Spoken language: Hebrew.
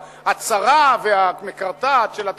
הצרה והמקרטעת של התקציב,